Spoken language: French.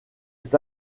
est